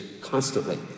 constantly